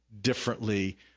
differently